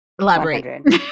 elaborate